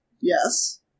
yes